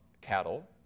cattle